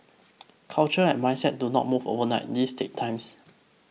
culture and mindset do not move overnight this takes times